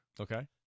Okay